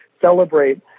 celebrate